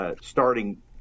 starting